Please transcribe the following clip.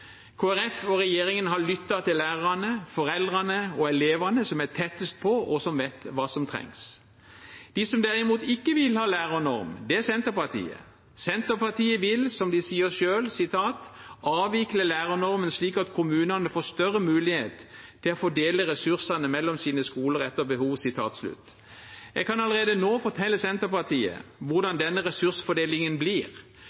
og regjeringen har lyttet til lærerne, foreldrene og elevene, som er tettest på og vet hva som trengs. De som derimot ikke vil ha lærernorm, er Senterpartiet. Senterpartiet vil, som de sier selv, avvikle lærernormen, slik at kommunene får større mulighet til å fordele ressursene mellom sine skoler etter behov. Jeg kan allerede nå fortelle Senterpartiet